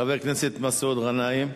חבר הכנסת מסעוד גנאים.